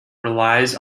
relies